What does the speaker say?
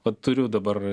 vat turiu dabar